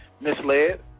misled